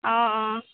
অঁ অঁ